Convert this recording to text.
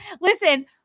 listen